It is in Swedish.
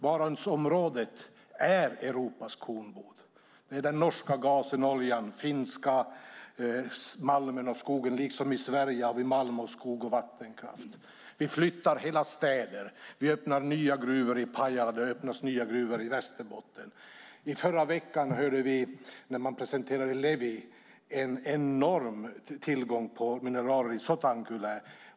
Barentsområdet är Europas kornbod. Det är den norska gasen och oljan och den finska malmen och skogen. Liksom i Sverige finns det malm, skog och vattenkraft. Vi flyttar hela städer. Vi öppnar nya gruvor i Pajala. Det har öppnats nya gruvor i Västerbotten. I förra veckan hörde vi - det presenterades i Levi - att det finns enorma mineraltillgångar.